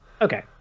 okay